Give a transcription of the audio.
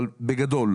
בתקנון